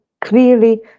clearly